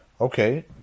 Okay